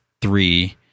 three